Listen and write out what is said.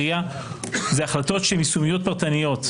אני שעה מנסה לשאול אותך שאלה.